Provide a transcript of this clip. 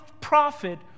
prophet